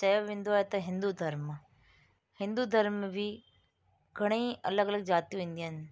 चयो वेंदो आहे त हिंदु धर्म हिंदु धर्म बि घणेई अलॻि अलॻि जातियूं ईंदियूं आहिनि